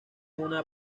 una